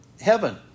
heaven